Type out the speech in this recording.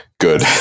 Good